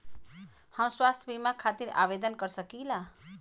हम स्वास्थ्य बीमा खातिर आवेदन कर सकीला?